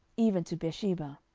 even to beersheba.